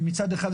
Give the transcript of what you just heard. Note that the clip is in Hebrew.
מצד אחד,